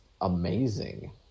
amazing